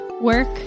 work